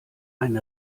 ein